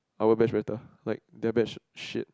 our batch better like their batch shit